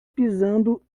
pisando